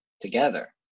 together